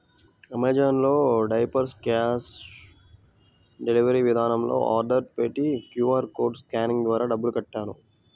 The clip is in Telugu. అమెజాన్ లో డైపర్స్ క్యాష్ డెలీవరీ విధానంలో ఆర్డర్ పెట్టి క్యూ.ఆర్ కోడ్ స్కానింగ్ ద్వారా డబ్బులు కట్టాను